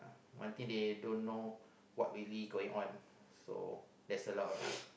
but in they don't know what really going on so there's a lot of